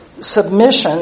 submission